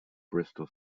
bristol